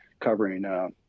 covering